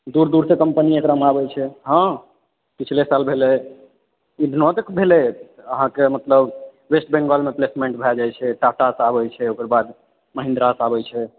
दूर दूरसँ कम्पनी एकरामे आबैत छै हँ पिछले साल भेल रहै एखनो तक भेलै अहाँकेँ मतलब वेस्ट बङ्गालमे प्लेसमेन्ट भए जाइत छै टाटासँ आबैत छै ओकर बाद महिन्द्रासँ आबैत छै